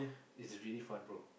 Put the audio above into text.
it's really fun bro